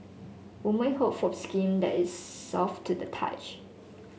woman hope for skin that is soft to the touch